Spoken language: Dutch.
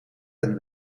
ten